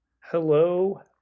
Hello